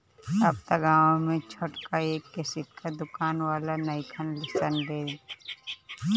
अब त गांवे में छोटका एक के सिक्का दुकान वाला नइखन सन लेत